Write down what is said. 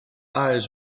eyes